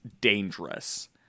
dangerous